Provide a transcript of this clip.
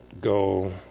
go